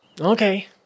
Okay